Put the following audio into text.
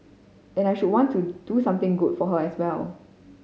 and I should want to do something good for her as well